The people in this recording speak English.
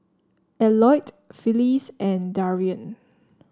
Eliot Phyllis and Darien